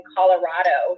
Colorado